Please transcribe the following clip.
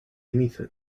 anything